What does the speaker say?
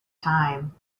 time